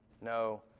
No